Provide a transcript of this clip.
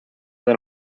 del